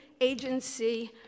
agency